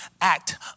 act